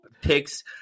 picks